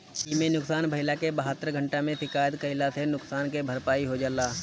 इमे नुकसान भइला पे बहत्तर घंटा में शिकायत कईला से नुकसान के भरपाई हो जाला